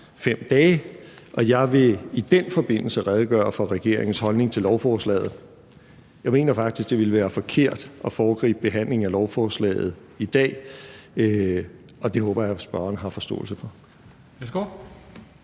5 dage, og jeg vil i den forbindelse redegøre for regeringens holdning til lovforslaget. Jeg mener faktisk, det ville være forkert at foregribe behandlingen af lovforslaget i dag, og det håber jeg at spørgeren har forståelse for.